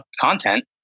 content